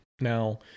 Now